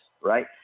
Right